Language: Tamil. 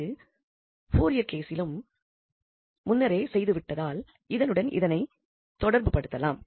அந்த பூரியர் கேசிலும் நாம் இதனை முன்னரே செய்துவிட்டதால் அதனுடன் இதனை தொடர்புபடுத்தலாம்